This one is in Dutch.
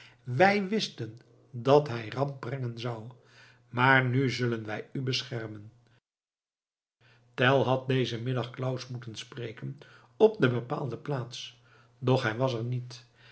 wij wisten dat hij ramp brengen zou maar nu zullen wij u beschermen tell had dezen middag claus moeten spreken op de bepaalde plaats doch hij was er niet